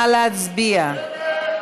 נא להצביע.